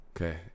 Okay